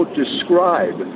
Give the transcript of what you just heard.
describe